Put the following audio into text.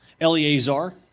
Eleazar